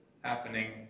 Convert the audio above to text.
happening